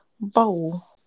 bowl